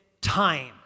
time